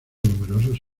numerosos